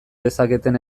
dezaketen